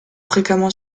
fréquemment